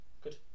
good